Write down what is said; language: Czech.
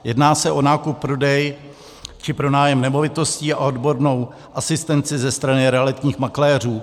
Jedná se o nákup, prodej či pronájem nemovitostí a o odbornou asistenci ze strany realitních makléřů.